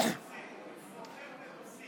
שכירת מטוסים, שוכר מטוסים.